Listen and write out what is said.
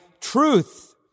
truth